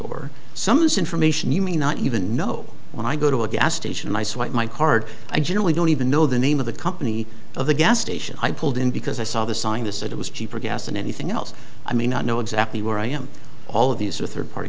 for some of this information you may not even know when i go to a gas station and i swipe my card i generally don't even know the name of the company of the gas station i pulled in because i saw the sign this it was cheaper gas than anything else i may not know exactly where i am all of these are third party